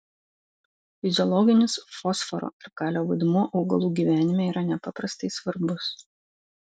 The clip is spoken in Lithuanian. fiziologinis fosforo ir kalio vaidmuo augalų gyvenime yra nepaprastai svarbus